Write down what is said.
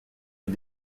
est